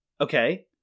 Okay